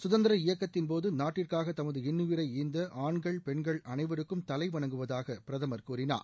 சுதந்திர இயக்கத்தின் போது நாட்டுக்காக தமது இன்னுயிரை ஈந்த ஆண்கள் பெண்கள் அனைவருக்கும் தலை வணங்குவதாக பிரதமர் கூறினார்